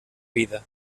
vida